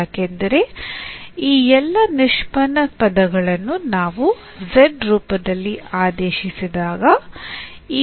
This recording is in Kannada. ಯಾಕೆಂದರೆ ಈ ಎಲ್ಲಾ ನಿಷ್ಪನ್ನ ಪದಗಳನ್ನು ನಾವು z ರೂಪದಲ್ಲಿ ಆದೇಶಿಸಿದಾಗಈ